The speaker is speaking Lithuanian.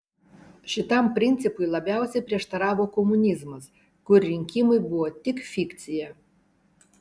šitam principui labiausiai prieštaravo komunizmas kur rinkimai buvo tik fikcija